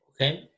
Okay